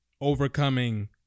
overcoming